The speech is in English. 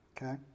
Okay